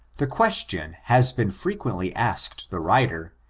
the question has been frequently asked the writer,